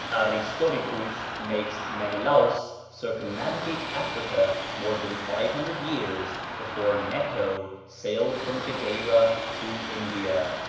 aristoricus makes menelaus circumnavigate africa more than five hundred years before neco sailed from gadeira to india.